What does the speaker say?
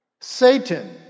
Satan